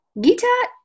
Gita